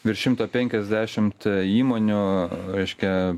virš šimto penkiasdešimt įmonių reiškia